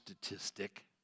statistic